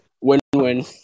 win-win